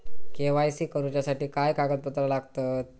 KYC करूच्यासाठी काय कागदपत्रा लागतत?